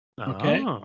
Okay